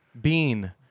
bean